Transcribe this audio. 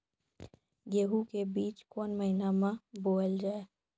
गेहूँ के बीच कोन महीन मे बोएल जाए?